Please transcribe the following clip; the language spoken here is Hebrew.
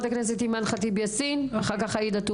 נעמ"ת בבקשה.